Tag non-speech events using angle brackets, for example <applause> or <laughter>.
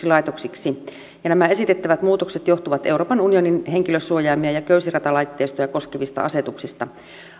<unintelligible> laitoksiksi nämä esitettävät muutokset johtuvat euroopan unionin henkilönsuojaimia ja köysiratalaitteistoja koskevista asetuksista